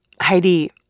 Heidi